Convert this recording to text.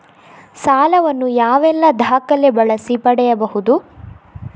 ಸಾಲ ವನ್ನು ಯಾವೆಲ್ಲ ದಾಖಲೆ ಬಳಸಿ ಪಡೆಯಬಹುದು?